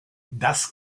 das